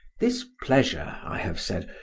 this pleasure, i have said,